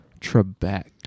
Trebek